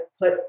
put